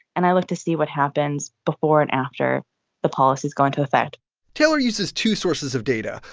and i look to see what happens before and after the policies go into effect taylor uses two sources of data.